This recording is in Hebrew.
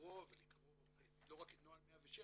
ולא רק את נוהל 106,